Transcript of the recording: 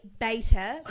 Beta